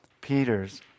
Peter's